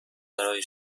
برای